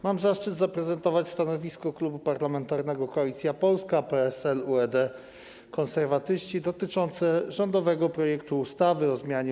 Mam zaszczyt zaprezentować stanowisko Klubu Parlamentarnego Koalicja Polska - PSL, UED, Konserwatyści dotyczące rządowego projektu ustawy o zmianie